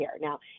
Now